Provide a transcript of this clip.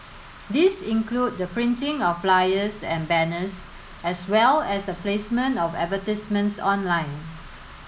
these include the printing of flyers and banners as well as the placement of advertisements online